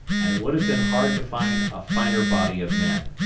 and it would have been hard to find a finer body of men,